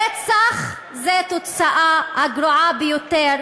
רצח הוא התוצאה הגרועה ביותר,